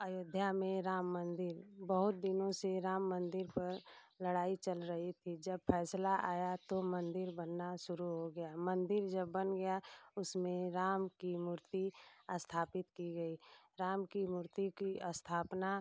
अयोध्या में राम मंदिर बहुत दिनों से राम मंदिर पर लड़ाई चल रही थी जब फैसला आया तो मंदिर बनना शुरू हो गया मंदिर जब बन गया उसमें राम की मूर्ति स्थापित की गई राम की मूर्ति की स्थापना